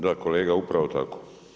Da kolega upravo tako.